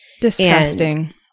Disgusting